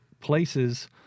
places